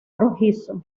rojizo